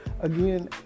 again